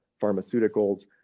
pharmaceuticals